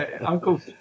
Uncle